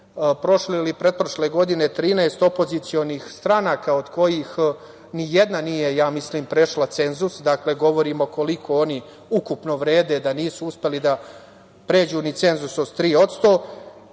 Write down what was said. prošle ili pretprošle godine 13 opozicionih stranaka od kojih nijedna nije, ja mislim, prešla cenzus, dakle, govorimo koliko oni ukupno vrede, da nisu uspeli da pređu ni cenzus od 3%,